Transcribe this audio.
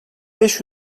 beş